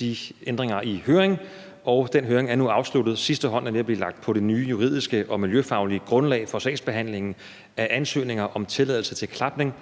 de ændringer i høring, og den høring er nu afsluttet, og sidste hånd er ved at blive lagt på det nye juridiske og miljøfaglige grundlag for sagsbehandlingen af ansøgninger om tilladelse til klapning,